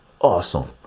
awesome